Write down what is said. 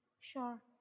Sure